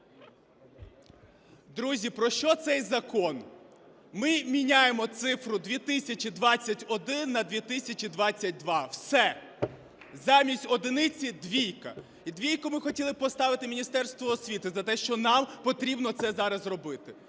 Друзі, про що цей закон. Ми міняємо цифру 2021 на 2022, все. Замість одиниці – двійка. І двійку ми хотіли поставити Міністерству освіти за те, що нам потрібно це зараз робити.